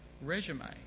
resume